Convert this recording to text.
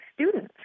students